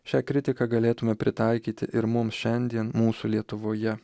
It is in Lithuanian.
šią kritiką galėtume pritaikyti ir mums šiandien mūsų lietuvoje